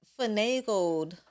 finagled